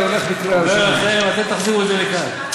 אתם תחזירו את זה לכאן.